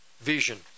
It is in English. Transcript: vision